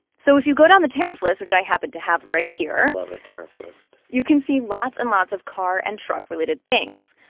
so if you go down the tariff list, which i happen to have right here. i love a tariff list you can see lots and lots of car and truck-related things,